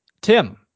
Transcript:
Tim